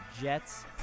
Jets